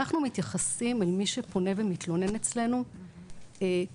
אנחנו מתייחסים אל מי שפונה ומתלונן אצלנו כפונה